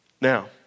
Now